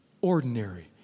ordinary